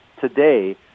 today